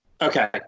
okay